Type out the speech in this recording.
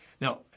Now